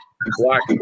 black